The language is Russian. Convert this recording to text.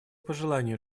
пожелание